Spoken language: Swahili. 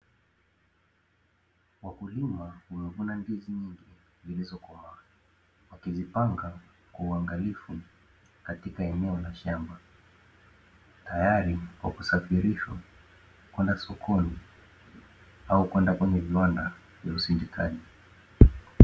Wakulima wanaovuna ndizi nyingi zilizokomaa wakizipanga kwa uangalifu katika eneo la shamba, tayari kwa kusafirishwa kwenda sokoni au kwenda kwenye viwanda vya usindikaji.